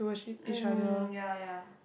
mm ya ya